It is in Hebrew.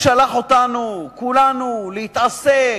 הוא שלח אותנו, כולנו, להתעסק,